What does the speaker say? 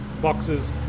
boxes